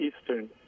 Eastern